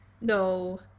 No